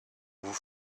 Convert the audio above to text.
vous